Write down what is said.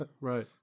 right